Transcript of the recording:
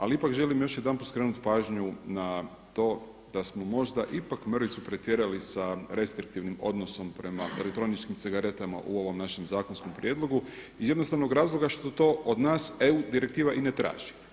Ali ipak želim još jedanput skrenut pažnju na to da smo možda ipak mrvicu pretjerali sa restriktivnim odnosom prema elektroničkim cigaretama u ovom našem zakonskom prijedlogu iz jednostavnog razloga što to od nas EU direktiva i ne traži.